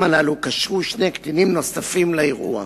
הללו קשרו שני קטינים נוספים לאירוע.